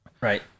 Right